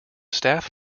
staff